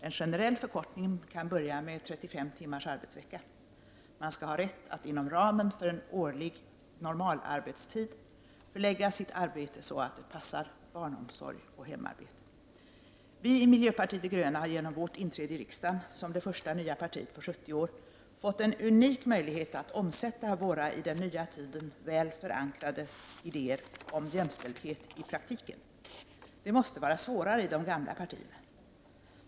En generell förkortning kan börja med 35 timmars arbetsvecka. Man skall ha rätt att inom ramen för en årlig normalarbetstid förlägga sitt arbete så att det passar barnomsorg och hemarbete. Vi i miljöpartiet de gröna har genom vårt inträde i riksdagen, som det första nya partiet på 70 år, fått en unik möjlighet att omsätta våra, i den nya tiden väl förankrade idéer om jämställdhet i praktiken. Det måste vara svårare i de gamla partierna.